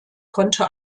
konnte